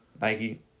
Nike